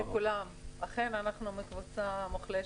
אכן, אנחנו קבוצה מוחלשת,